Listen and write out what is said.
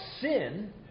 sin